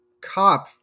cop